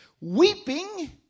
Weeping